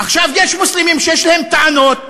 עכשיו, יש מוסלמים שיש להם טענות,